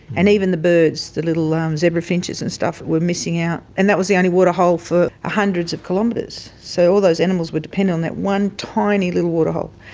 and even the birds, the little ah um zebra finches and stuff were missing out. and that was the only waterhole for hundreds of kilometres. so all those animals were depending on that one tiny little waterhole.